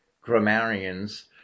grammarians